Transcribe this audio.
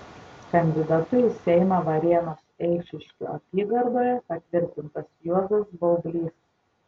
kandidatu į seimą varėnos eišiškių apygardoje patvirtintas juozas baublys